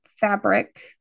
fabric